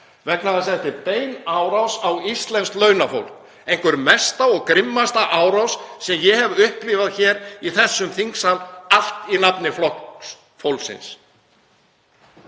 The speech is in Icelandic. þess að þetta er bein árás á íslenskt launafólk, einhver mesta og grimmasta árás sem ég hef upplifað hér í þessum þingsal, allt í nafni Flokks fólksins.